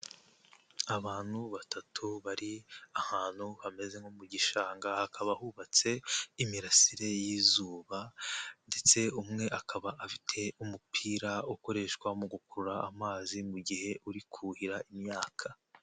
Abantu batatu bari ahantu hameze nko mu gishanga. Hakaba hubatse imirasire y'izuba ndetse umwe akaba afite umupira ukoreshwa mu gukuru amazi mu gihe uri kuhira imyaka.